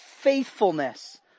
faithfulness